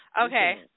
Okay